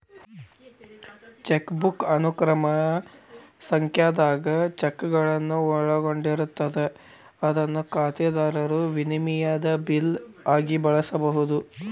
chequebook ಅನುಕ್ರಮ ಸಂಖ್ಯಾದಾಗ ಚೆಕ್ಗಳನ್ನ ಒಳಗೊಂಡಿರ್ತದ ಅದನ್ನ ಖಾತೆದಾರರು ವಿನಿಮಯದ ಬಿಲ್ ಆಗಿ ಬಳಸಬಹುದು